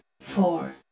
four